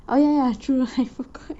oh ya ya true I forget